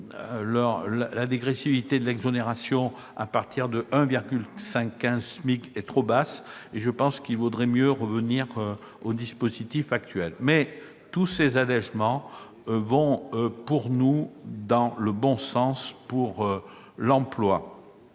la dégressivité de l'exonération à partir de 1,15 SMIC est trop basse. Mieux vaudrait revenir au dispositif actuel. Mais tous ces allégements vont, selon nous, dans le bon sens pour l'emploi.